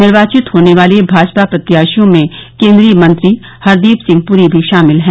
निर्वाचित होने वाले भाजपा प्रत्याशियों में केंद्रीय मंत्री हरदीप सिंह पुरी भी शामिल हैं